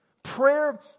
Prayer